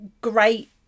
great